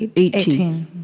eighteen.